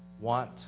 want